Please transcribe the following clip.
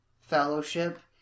fellowship